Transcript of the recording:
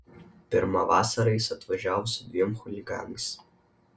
pirmą vasarą jis atvažiavo su dviem chuliganais